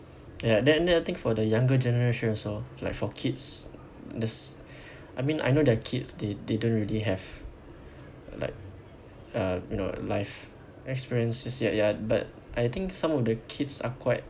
ya then then I think for the younger generation also like for kids does I mean I know they are kids they don't really have like uh you know life experiences yet ya but I think some of the kids are quite